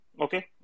Okay